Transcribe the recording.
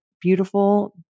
beautiful